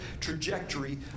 trajectory